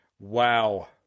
Wow